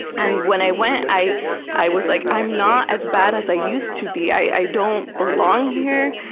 and when i went, i i was like, i'm not as bad as i used to be. i don't belong here.